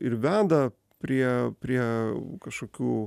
ir veda prie prie kažkokių